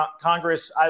Congress